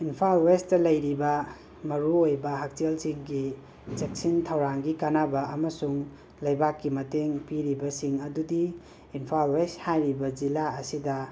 Imphal west ꯂꯩꯔꯤꯕꯥ ꯃꯔꯨꯑꯣꯏꯕꯥ ꯍꯛꯁꯦꯜꯁꯤꯡꯒꯤ ꯆꯦꯛꯁꯤꯟ ꯊꯧꯔꯥꯡꯒꯤ ꯀꯥꯟꯅꯥꯕꯥ ꯑꯃꯁꯨꯡ ꯂꯩꯕꯥꯛꯀꯤ ꯃꯇꯦꯡ ꯄꯤꯔꯤꯕꯁꯤꯡ ꯑꯗꯨꯗꯤ ꯏꯝꯐꯥꯜ ꯋꯦꯁ ꯍꯥꯏꯔꯤꯕ ꯖꯤꯂꯥ ꯑꯁꯤꯗꯥ